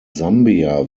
sambia